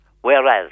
Whereas